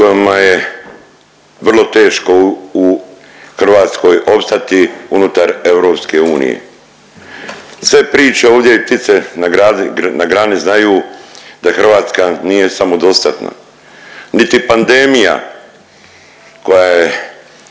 kojima je vrlo teško u Hrvatskoj opstati unutar EU. Sve priče i ptice na grani znaju da Hrvatska nije samodostatna, niti pandemija koja je